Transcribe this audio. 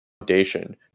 foundation